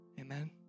Amen